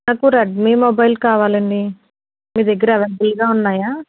నాకు Redmi mobile కావాలండి మీ దగ్గర అవైలబుల్గా ఉన్నాయా